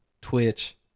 Twitch